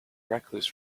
recluse